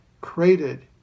created